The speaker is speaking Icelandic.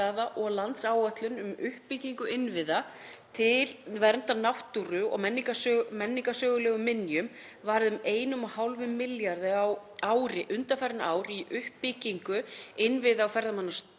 og landsáætlun um uppbyggingu innviða til verndar náttúru og menningarsögulegum minjum varið um 1,5 milljörðum á ári undanfarin ár í uppbyggingu innviða á ferðamannastöðum